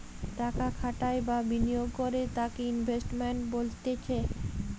টাকা খাটাই বা বিনিয়োগ করে তাকে ইনভেস্টমেন্ট বলতিছে